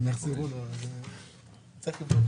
אני רוצה להבין